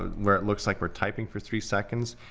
ah where it looks like were typing for three seconds.